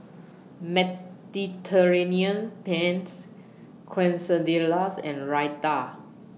Mediterranean Pennes Quesadillas and Raita